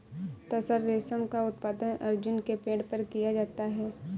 तसर रेशम का उत्पादन अर्जुन के पेड़ पर किया जाता है